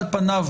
על פניה,